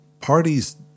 parties